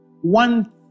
One